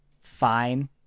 fine